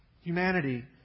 humanity